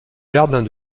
jardins